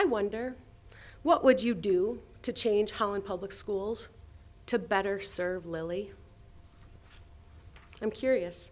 i wonder what would you do to change holland public schools to better serve lily i'm curious